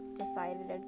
decided